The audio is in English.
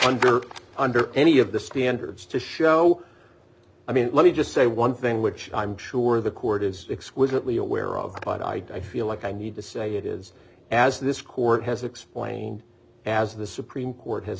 are under any of the standards to show i mean let me just say one thing which i'm sure the court is exquisitely aware of but i feel like i need to say it is as this court has explained as the supreme court has